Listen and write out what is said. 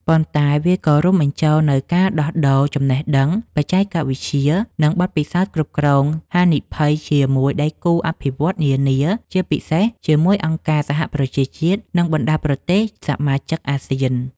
ប៉ុន្តែវាក៏រួមបញ្ចូលនូវការដោះដូរចំណេះដឹង បច្ចេកវិទ្យា និងបទពិសោធន៍គ្រប់គ្រងហានិភ័យជាមួយដៃគូអភិវឌ្ឍន៍នានា ជាពិសេសជាមួយអង្គការសហប្រជាជាតិ និងបណ្ដាប្រទេសសមាជិកអាស៊ាន។